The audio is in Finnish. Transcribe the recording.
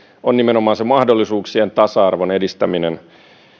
on nimenomaan mahdollisuuksien tasa arvon edistäminen